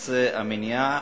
המניעה,